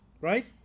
Right